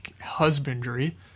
husbandry